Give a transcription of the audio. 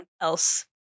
else